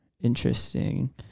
interesting